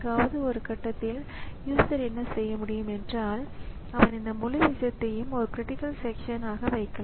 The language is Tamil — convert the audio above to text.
எனவே நீங்கள் ஒரு கணினியிலிருந்து மற்றொரு கணினிக்குச் செல்லும்போது இந்த பூட்ஸ்ட்ராப் செயல்பாட்டின் பொருள் மாறக்கூடும்